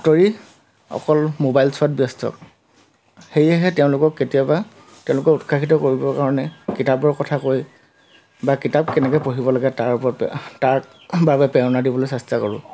আঁতৰি অকল মোবাইল চোৱাত ব্যস্ত সেয়েহে তেওঁলোকক কেতিয়াবা তেওঁলোকক উৎসাহিত কৰিবৰ কাৰণে কিতাপৰ কথা কৈ বা কিতাপ কেনেকৈ পঢ়িব লাগে তাৰ ওপৰত তাৰ বাবে প্ৰেৰণা দিবলৈ চেষ্টা কৰোঁ